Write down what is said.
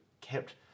kept